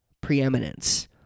preeminence